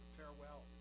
farewell